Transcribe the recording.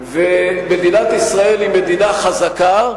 מדינת ישראל היא מדינה חזקה,